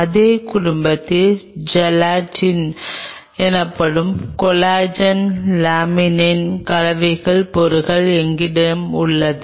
அதே குடும்பத்தில் ஜெலட்டின் எனப்படும் கொலாஜன் லேமினின் கலவையான பொருள் எங்களிடம் உள்ளது